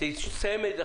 אני מבקשת לסיים את דבריי.